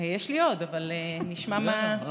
יש לי עוד, אבל נשמע את תשובתך.